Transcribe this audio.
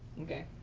okay.